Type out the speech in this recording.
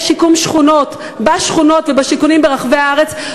שיקום שכונות בשכונות ובשיכונים ברחבי הארץ,